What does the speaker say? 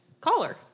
caller